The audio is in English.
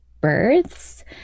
births